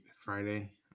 Friday